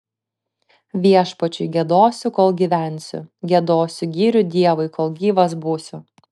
viešpačiui giedosiu kol gyvensiu giedosiu gyrių dievui kol gyvas būsiu